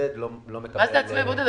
הבודד לא מקבל -- מה זה העצמאי הבודד?